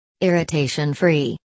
Irritation-free